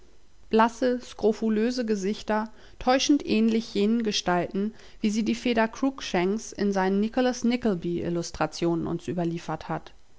blasse skrofulöse gesichter täuschend ähnlich jenen gestalten wie sie die feder cruikshanks in seinen nicolas nickleby ilustrationen uns überliefert hat